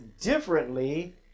differently